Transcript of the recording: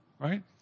right